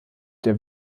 der